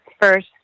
first